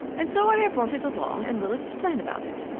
and so i have brought it along and will explain about it.